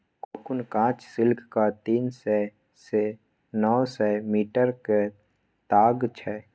cocoon काँच सिल्कक तीन सय सँ नौ सय मीटरक ताग छै